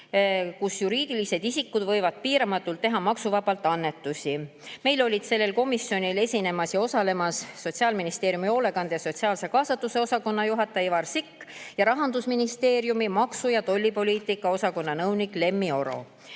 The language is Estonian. kus on juriidilised isikud, kes võivad piiramatult teha maksuvabalt annetusi. Meil olid sellel komisjoni [istungil] esinemas ja osalemas Sotsiaalministeeriumi hoolekande ja sotsiaalse kaasatuse osakonna juhataja Ivar Sikk ning Rahandusministeeriumi maksu- ja tollipoliitika osakonna nõunik Lemmi Oro.